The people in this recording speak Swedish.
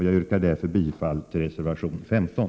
Jag yrkar därför bifall till reservation 15.